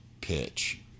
pitch